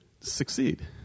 succeed